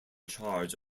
charge